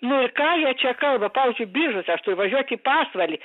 nu ir ką jie čia kalba pavyzdžiui biržuose aš turiu važiuot į pasvalį